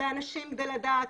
לאנשים כדי לדעת,